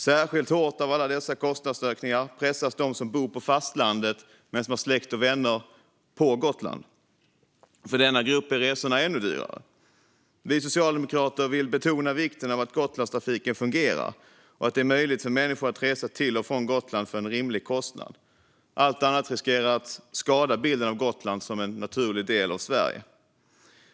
Särskilt hårt av alla dessa kostnadsökningar pressas de som bor på fastlandet men som har släkt och vänner på Gotland. För denna grupp är resorna ännu dyrare. Vi socialdemokrater vill betona vikten av att Gotlandstrafiken fungerar och att det är möjligt för människor att resa till och från Gotland för en rimlig kostnad. Allt annat riskerar att skada bilden av Gotland som en naturlig del av Sverige.